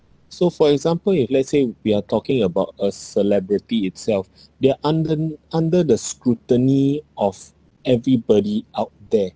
so for example if let's say we are talking about a celebrity itself they are under under the scrutiny of everybody out there